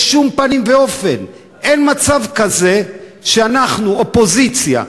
בשום פנים ואופן אין מצב כזה שאנחנו, אופוזיציה,